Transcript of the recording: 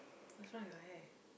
what's wrong with your hair